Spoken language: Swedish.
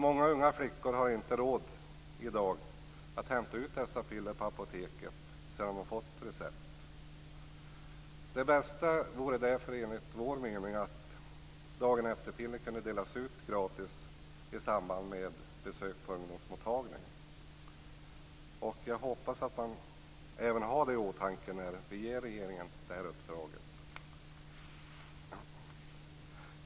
Många unga flickor har i dag inte råd att sedan de fått recept hämta ut dessa piller på apoteket. Det bästa vore, enligt vår mening, att dagen-efter-piller kunde delas ut gratis i samband med besök på ungdomsmottagning. Jag hoppas att man även har det i åtanke när regeringen ges uppdraget.